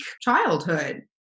childhood